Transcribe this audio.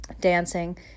dancing